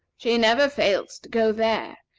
she never fails to go there,